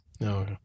no